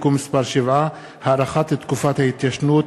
(תיקון מס' 7) (הארכת תקופת ההתיישנות),